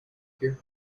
here